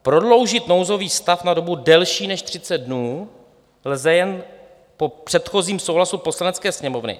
Prodloužit nouzový stav na dobu delší než 30 dnů lze jen po předchozím souhlasu Poslanecké sněmovny.